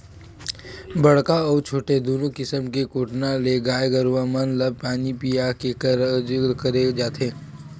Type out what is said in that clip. बड़का अउ छोटे दूनो किसम के कोटना ले गाय गरुवा मन ल पानी पीया के कारज करे जाथे